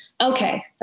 okay